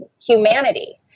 humanity